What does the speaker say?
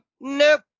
nope